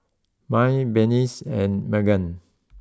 Mai Berniece and Meggan